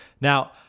Now